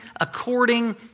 according